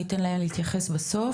אני אתן להם להתייחס בסוף.